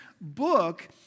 book